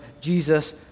Jesus